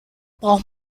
braucht